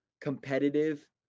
competitive